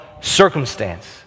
circumstance